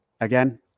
again